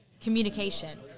communication